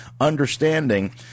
understanding